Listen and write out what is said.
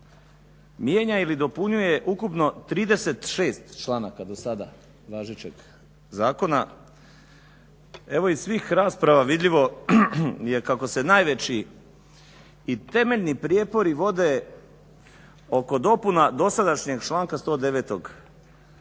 mijenja ili dopunjuje ukupno 36 članaka do sada važećeg zakona, evo iz svih rasprava vidljivo je kako se najveći i temeljni prijepori vode oko dopuna dosadašnjeg članka 109.